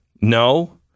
No